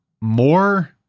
more